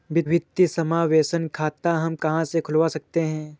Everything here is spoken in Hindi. वित्तीय समावेशन खाता हम कहां से खुलवा सकते हैं?